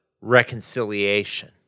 reconciliation